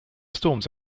storms